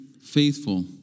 faithful